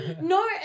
No